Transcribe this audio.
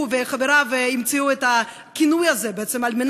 הוא וחבריו המציאו את הכינוי הזה בעצם רק כדי